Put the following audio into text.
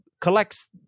collects